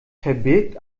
verbirgt